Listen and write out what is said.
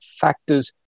factors